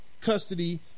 custody